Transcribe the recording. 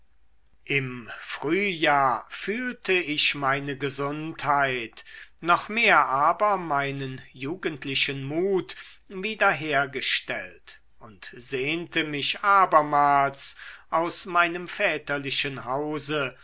im frühjahr fühlte ich meine gesundheit noch mehr aber meinen jugendlichen mut wieder hergestellt und sehnte mich abermals aus meinem väterlichen hause